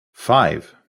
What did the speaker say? five